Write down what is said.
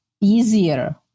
easier